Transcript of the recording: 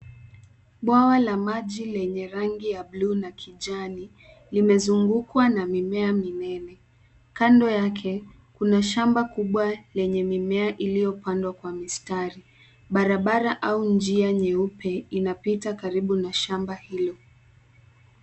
Bwawa la maji lenye rangi ya bluu na kijani limezungukwa na mimea minene. Kando yake kuna shamba kubwa lenye mimea iliyopandwa kwa mistari. Barabara au njia nyeupe inapita karibu na shamba hilo.